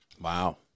Wow